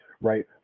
Right